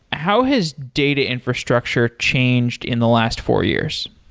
how has data infrastructure changed in the last four years?